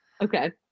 okay